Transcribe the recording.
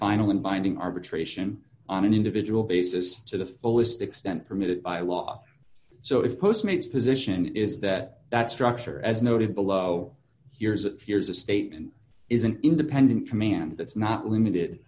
final and binding arbitration on an individual basis to the fullest extent permitted by law so if post mates position is that that structure as noted below here's a here's a state and is an independent command that's not limited